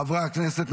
חברי הכנסת,